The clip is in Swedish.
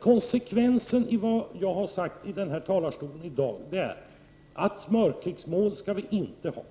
Konsekvensen av det som jag tidigare har sagt här i dag är att vi inte skall ha smörklicksmål.